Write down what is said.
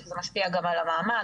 שזה משפיע על המעמד,